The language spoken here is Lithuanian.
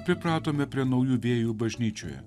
pripratome prie naujų vėjų bažnyčioje